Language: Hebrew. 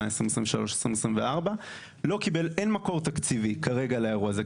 2024-2023. אין כרגע מקור תקציבי לאירוע זה.